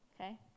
okay